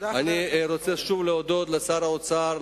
אני רוצה שוב להודות לשר האוצר,